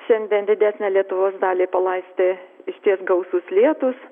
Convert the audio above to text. šiandien didesnę lietuvos dalį palaistė išties gausūs lietūs